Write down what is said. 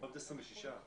326 שקלים.